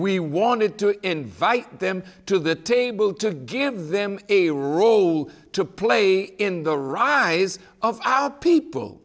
we wanted to invite them to the table to give them a role to play in the rise of our people